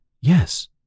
Yes